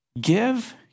Give